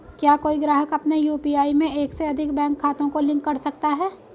क्या कोई ग्राहक अपने यू.पी.आई में एक से अधिक बैंक खातों को लिंक कर सकता है?